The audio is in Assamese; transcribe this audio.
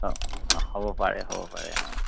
অঁ অঁ হ'ব পাৰে হ'ব পাৰে অঁ